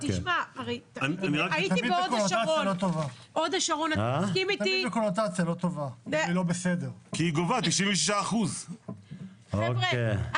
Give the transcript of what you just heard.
הייתי בהוד השרון --- כי היא גובה 96%. חבר'ה,